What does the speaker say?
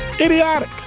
Idiotic